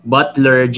Butler